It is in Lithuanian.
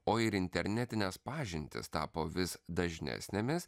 o ir internetinės pažintys tapo vis dažnesnėmis